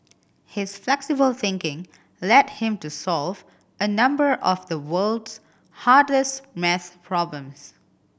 his flexible thinking led him to solve a number of the world's hardest maths problems